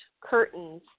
curtains